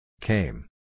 Came